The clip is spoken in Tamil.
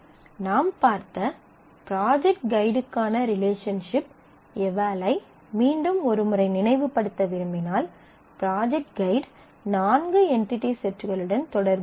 நாம் பார்த்த ப்ராஜெக்ட் ஃகைடுக்கான ரிலேஷன்ஷிப் எவல் ஐ மீண்டும் ஒரு முறை நினைவுபடுத்த விரும்பினால் ப்ராஜெக்ட் ஃகைட் நான்கு என்டிடி செட்களுடன் தொடர்புடையது